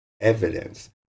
evidence